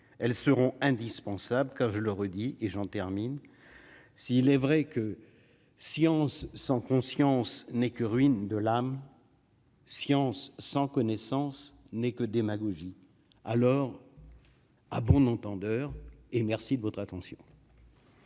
elles seront indispensables quand je le redis, et j'en termine, s'il est vrai que science sans conscience n'est que ruine de l'âme. Science sans connaissance n'est que démagogie alors. à bon entendeur et merci de votre attention.